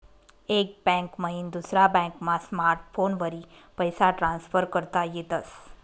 एक बैंक मईन दुसरा बॅकमा स्मार्टफोनवरी पैसा ट्रान्सफर करता येतस